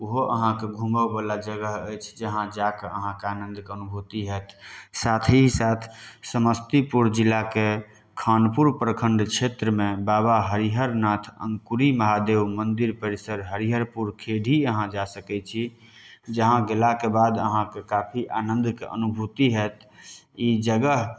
ओहो अहाँके घुमऽ बला जगह अछि जहाँ जा कऽ अहाँके आनन्दके अनुभूति होयत साथ ही साथ समस्तीपुर जिलाके खानपुर प्रखंड क्षेत्रमे बाबा हरिहर नाथ अंकुरी महादेव मंदिर परिसर हरिहरपुर खेडी अहाँ जा सकै छी जहाँ गेलाके बाद अहाँके काफी आनन्दके अनुभूति होयत ई जगह